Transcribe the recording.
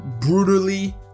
Brutally